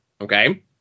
okay